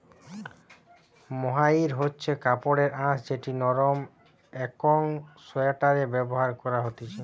mohair হচ্ছে কাপড়ের আঁশ যেটি নরম একং সোয়াটারে ব্যবহার করা হতিছে